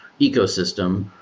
ecosystem